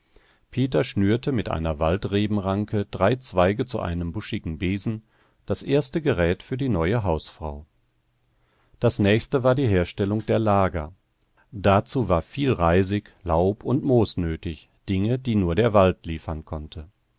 peter schnürte mit einer waldrebenranke drei zweige zu einem buschigen besen das erste gerät für die neue hausfrau das nächste war die herstellung der lager dazu war viel reisig laub und moos nötig dinge die nur der wald liefern konnte